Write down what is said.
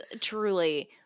Truly